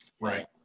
Right